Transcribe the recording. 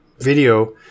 video